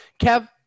Kev